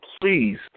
please